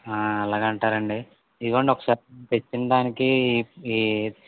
అలాగ అంటారా అండి ఇదిగోండి ఒకసారి తెచ్చిన దానికి ఈ